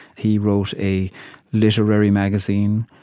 he wrote a literary magazine,